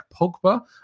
Pogba